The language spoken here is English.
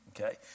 Okay